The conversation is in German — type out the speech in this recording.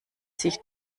sich